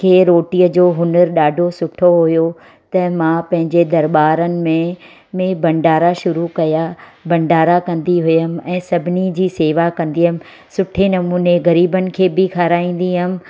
के रोटीअ जो हुनरु ॾाढो सुठो हुयो त मां पंहिंजे दरॿारनि में में भंडारा शुरू कया भंडारा कंदी हुयमि ऐं सभिनी जी सेवा कंदी हुयमि सुठे नमूने ग़रीबनि खे बि खाराईंदी हुयमि